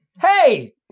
Hey